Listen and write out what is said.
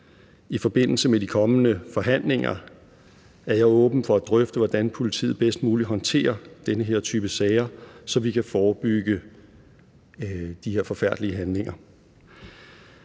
I forbindelse med de kommende forhandlinger er jeg åben for at drøfte, hvordan politiet bedst muligt håndterer den her type sager, så vi kan forebygge de her forfærdelige handlinger.